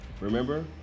Remember